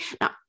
Now